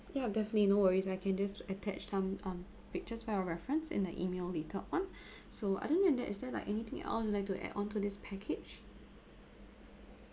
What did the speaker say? yeah definitely no worries I can just attach some um pictures for your reference in the email later on so other than that is there like anything else you'll like to add on to this package